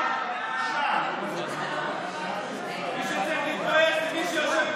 הרווחה והבריאות נתקבלה.